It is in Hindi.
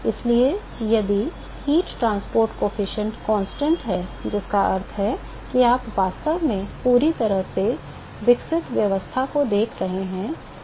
इसलिए यदि ऊष्मा परिवहन गुणांक स्थिर है जिसका अर्थ है कि आप वास्तव में पूरी तरह से विकसित व्यवस्था को देख रहे हैं